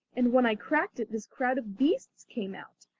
and when i cracked it this crowd of beasts came out,